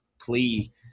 plea